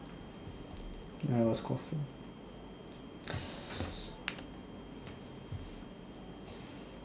I was coughing